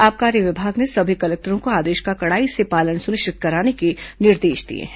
आबकारी विभाग ने सभी कलेक्टरों को आदेश का कड़ाई से पालन सुनिश्चित कराने के निर्देश दिए हैं